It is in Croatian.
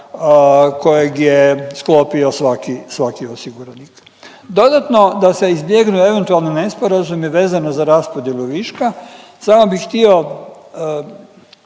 kojeg je sklopio svaki, svaki osiguranik. Dodano da se izbjegnu eventualni nesporazumi vezani za raspodjelu viška samo bi htio